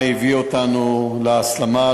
מה הביא אותנו להסלמה,